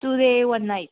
two day one night